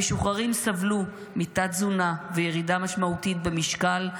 המשוחררים סבלו מתת-תזונה וירידה משמעותית במשקל,